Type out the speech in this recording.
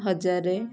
ହଜାର